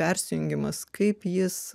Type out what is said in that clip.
persijungimas kaip jis